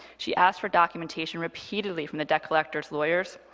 she asked for documentation repeatedly from the debt collector's lawyers.